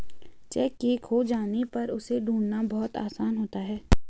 cheque के खो जाने पर उसे ढूंढ़ना बहुत आसान होता है